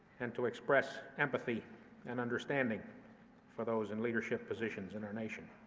and to express empathy and understanding for those in leadership positions in our nation.